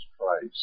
Christ